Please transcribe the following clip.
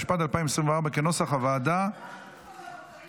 התשפ"ד 2024. סעיפים 1